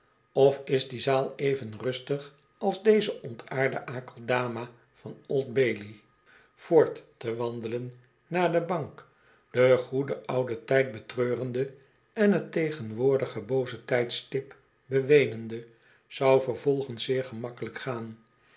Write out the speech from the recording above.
of is die zaal even rustig als deze ontaarde akeldama van old baily voort te wandelen naar de bank den goeden ouden tijd betreurende en t tegenwoordige booze tijdstip beweenende zou vervolgens zeer gemakkelijk gaan